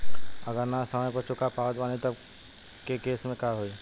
अगर ना समय पर चुका पावत बानी तब के केसमे का होई?